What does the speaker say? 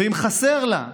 ואם חסר לה,